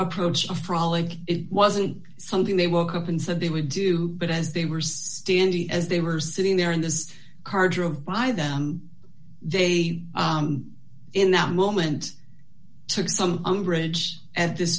approach a frolic it wasn't something they woke up and said they would do but as they were standing as they were sitting there in this car drove by them they in that moment took some underage at this